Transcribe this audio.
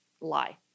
lie